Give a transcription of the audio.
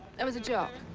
that was joke!